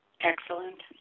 Excellent